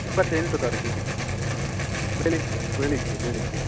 ಇಪ್ಪತ್ತೆಂಟು ತಾರೀಖಿಗೆ ಬೆಳಿಗ್ಗೆ ಬೆಳಿಗ್ಗೆ ಬೆಳಿಗ್ಗೆ